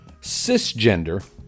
cisgender